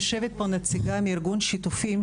יושבת פה נציגה מארגון "שיתופים",